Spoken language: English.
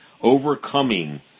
overcoming